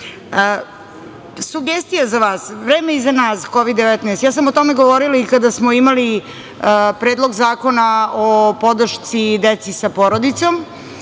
vas. Sugestija za vas. Vreme iza nas, Kovid 19 ja sam o tome govorila i kada smo imali Predlog zakona o podršci deci sa porodicom,